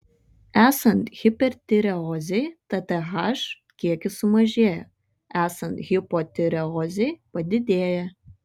esant hipertireozei tth kiekis sumažėja esant hipotireozei padidėja